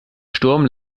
sturm